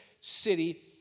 city